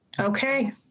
Okay